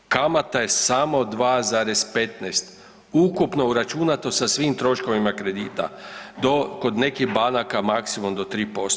Kamata je samo 2,15 ukupno uračunato sa svim troškovima kredita, do kod nekih banaka maksimum do 3%